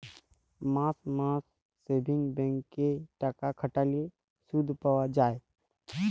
মাস মাস savings bank এ টাকা খাটাল্যে শুধ পাই যায়